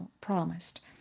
promised